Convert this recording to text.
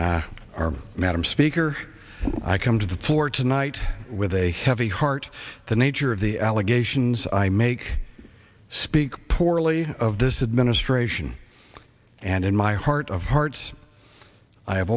chairman our madam speaker i come to the floor tonight with a heavy heart the nature of the allegations i make speak poorly of this administration and in my heart of hearts i